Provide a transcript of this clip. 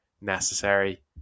necessary